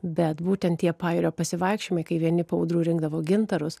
bet būtent tie pajūrio pasivaikščiojimai kai vieni po audrų rinkdavo gintarus